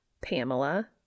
Pamela